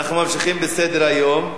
נעבור להצעות לסדר-היום בנושא: